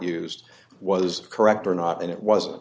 used was correct or not and it wasn't